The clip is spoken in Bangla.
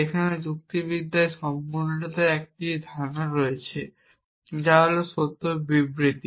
সেখানে যুক্তিবিদ্যায় সম্পূর্ণতার একটি অনুরূপ ধারণা রয়েছে যা হল সত্য বিবৃতি